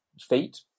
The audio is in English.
feet